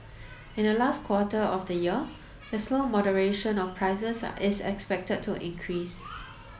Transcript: in the last quarter of the year the slow moderation of prices is expected to increase